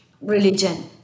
religion